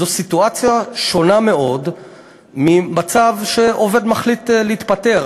זו סיטואציה שונה מאוד ממצב שעובד מחליט להתפטר.